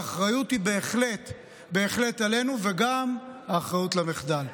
האחריות היא בהחלט בהחלט עלינו, וגם אחריות למחדל.